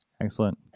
Excellent